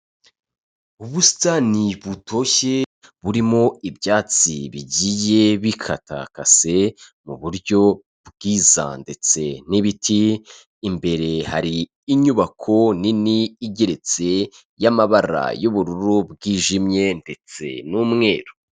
Ubusitani butoshye burimo ibyatsi bigiye bi bikatakase mu buryo bwiza ndetse n'ibiti, imbere hari inyubako nini igeretse y'amabara y'ubururu bwijimye ndetse n'umweru.